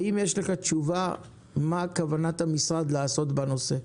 האם יש לך תשובה מה כוונת המשרד לעשות בנושא?